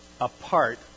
apart